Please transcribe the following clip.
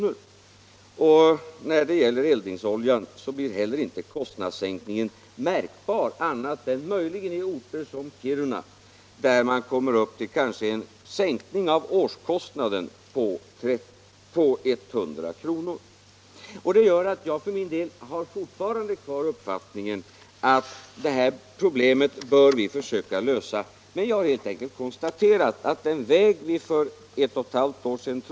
Och inte heller beträffande eldningsoljan blir kostnadssänkningen särskilt märkbar, möjligen med undantag för orter som Kiruna, där man kanske skulle komma fram till en sänkning av årskostnaden på 100 kr. Detta gör att jag alltjämt har den uppfattningen att det här problemet skall vi försöka lösa, men det går inte att göra det på det sätt som vi trodde var möjligt för ett och ett halvt år sedan.